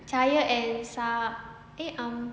cahaya and sap~ eh um